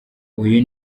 uyu